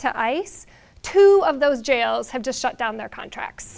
to ice two of those jails have just shut down their contracts